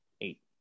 eight